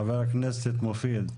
חבר הכנסת מופיד.